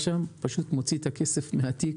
נהג אגד, מוציא את הכסף מהתיק